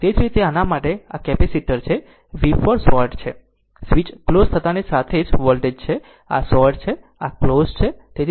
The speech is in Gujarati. એ જ રીતે આના માટે આ પણ આ કેપેસિટર છે કે V 4 આ શોર્ટ છે અને સ્વીચ ક્લોઝ થતાંની સાથે જ વોલ્ટેજ છે કે આ શોર્ટ છે અને તે ક્લોઝ છે